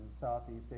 Southeast